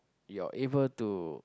you're able to